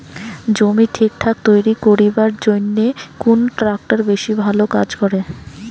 জমি ঠিকঠাক তৈরি করিবার জইন্যে কুন ট্রাক্টর বেশি ভালো কাজ করে?